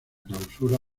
clausura